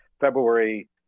February